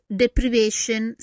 deprivation